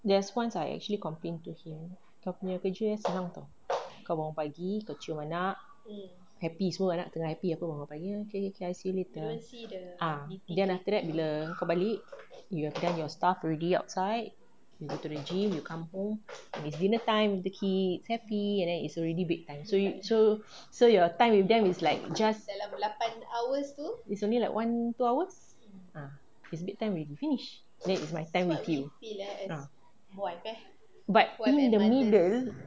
there's once I actually complain to him kalau aku punya kerja eh senang [tau] kau bangun pagi kau cium anak happy semua anak-anak tengah happy apa tanya okay okay I see you later ah then after that bila kau balik you attend your stuff already outside you go to the gym you come home it's dinner time the kids happy then it's already bedtime so you so so your time with them is like just it's only like one two hours ah it's bed time already finish then it's my time with you ah but in the middle